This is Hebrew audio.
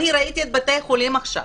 ראיתי את בתי החולים עכשיו,